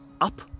up